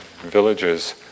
villages